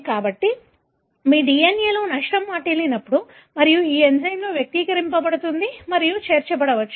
కాబట్టి మీ DNA లో నష్టం వాటిల్లినప్పుడు మరియు ఈ ఎంజైమ్ వ్యక్తీకరించబడుతుంది మరియు చేర్చబడచ్చు